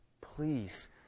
please